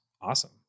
awesome